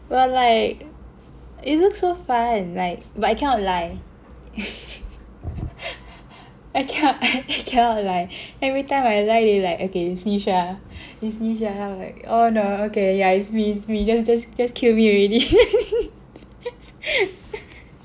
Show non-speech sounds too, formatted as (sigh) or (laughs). but like it looks so fun right but I cannot lie (laughs) I can't I (laughs) I cannot lie everytime I lie they like okay it's Nisha it's Nisha I'm like oh no okay yeah it's me it's me just just kill me already (laughs)